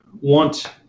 want